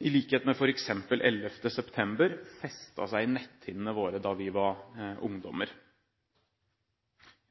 i likhet med f.eks. 11. september – festet seg på netthinnene våre da vi var ungdommer.